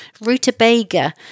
rutabaga